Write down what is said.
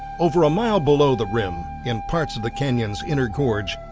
over a mile below the rim, in parts of the canyons inner gorge,